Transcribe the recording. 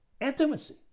Intimacy